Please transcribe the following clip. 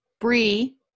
brie